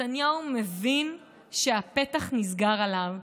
נתניהו מבין שהפתח נסגר עליו.